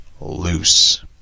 loose